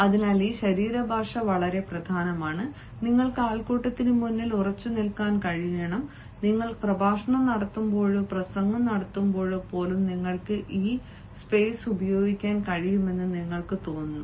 അതിനാൽ ഈ ശരീരഭാഷ വളരെ പ്രധാനമാണ് നിങ്ങൾക്ക് ആൾക്കൂട്ടത്തിനുമുന്നിൽ ഉറച്ചുനിൽക്കാൻ കഴിയുന്നു നിങ്ങൾ പ്രഭാഷണം നടത്തുമ്പോഴോ പ്രസംഗം നടത്തുമ്പോഴോ പോലും നിങ്ങൾക്ക് ഈ ഇടം ഉപയോഗിക്കാൻ കഴിയുമെന്ന് നിങ്ങൾക്ക് തോന്നുന്നു